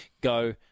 go